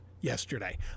yesterday